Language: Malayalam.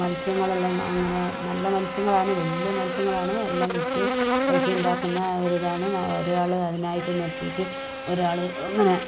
മത്സ്യങ്ങളെല്ലാം അങ്ങനെ നല്ല മത്സ്യങ്ങളായിന്നു വലിയ മത്സ്യങ്ങളാണ് എല്ലാം വിറ്റ് പൈസയുണ്ടാക്കുന്ന ഒരിതാണ് ഒരാള് അതിനായിട്ട് നിർത്തിട്ട് ഒരാള് അങ്ങനെ